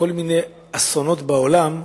בכל מיני אסונות בעולם,